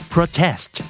protest